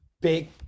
Big